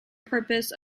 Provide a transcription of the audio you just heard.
purpose